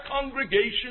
congregation